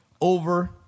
over